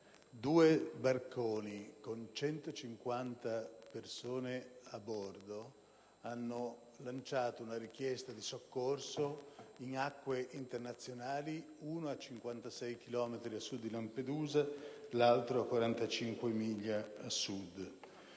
due barconi con 150 persone a bordo hanno lanciato la richiesta di soccorso in acque internazionali, uno a 56, l'altro a 45 miglia a sud